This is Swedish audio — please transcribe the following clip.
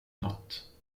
nåt